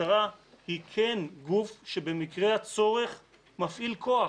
המשטרה היא כן גוף שבמקרה הצורך מפעיל כוח,